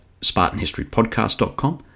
spartanhistorypodcast.com